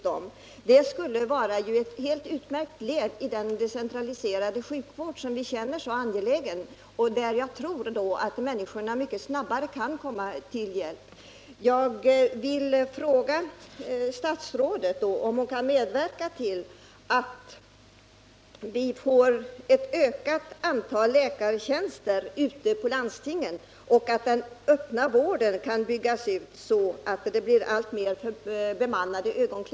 Det här skulle vara ett utmärkt led i den decentralisering av sjukvården som vi anser vara så angelägen och som kan göra det möjligt för fler människor att få snabbare hjälp.